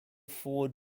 forward